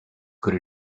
could